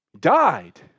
died